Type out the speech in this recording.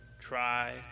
try